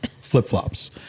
flip-flops